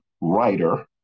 writer